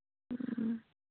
ꯑꯥ